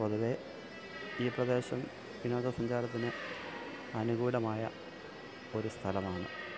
പൊതുവെ ഈ പ്രദേശം വിനോദ സഞ്ചാരത്തിന് അനുകൂലമായ ഒരു സ്ഥലമാണ്